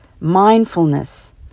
mindfulness